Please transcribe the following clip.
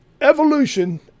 evolution